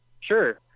sure